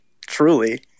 Truly